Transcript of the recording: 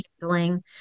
handling